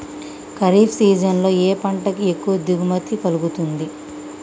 Kharif season లో ఏ పంట కి ఎక్కువ దిగుమతి కలుగుతుంది?